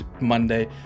Monday